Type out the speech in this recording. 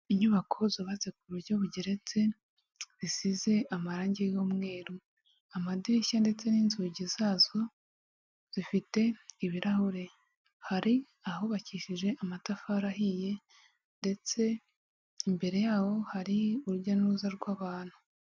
Inyubako zubatse ku buryo bugeretse zisize amarange y'umweru, amadirishya ndetse n'inzugi zazo zifite ibirahure, hari ahubakishije amatafari ahiye ndetse imbere yaho hari urujya n'uruza rw'abantu.